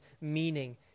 meaning